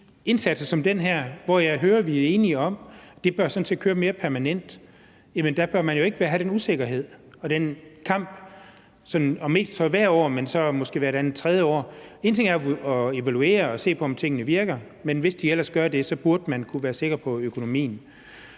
indsatser som den her, hvor jeg hører, at vi er enige om, at det sådan set bør køre mere permanent, bør man jo ikke have den usikkerhed og den kamp om ikke hvert år, men så måske hvert andet-tredje år. Én ting er jo at evaluere og se på, om tingene virker, men hvis de ellers gør det, burde man kunne være sikker på økonomien.